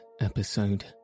episode